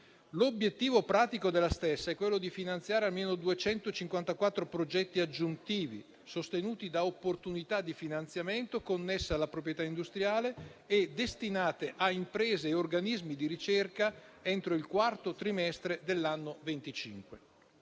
L'obiettivo pratico della stessa è quello di finanziare almeno 254 progetti aggiuntivi, sostenuti da opportunità di finanziamento connesse alla proprietà industriale e destinate a imprese e organismi di ricerca entro il quarto trimestre dell'anno 2025.